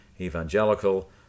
Evangelical